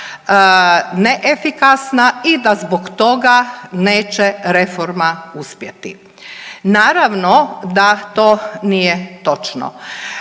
neefikasna i da zbog toga neće reforma uspjeti. Naravno da to nije točno.